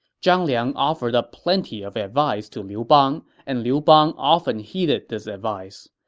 zhang liang offered up plenty of advice to liu bang, and liu bang often heeded this advice.